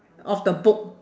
of the book